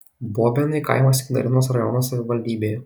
bobėnai kaimas ignalinos rajono savivaldybėje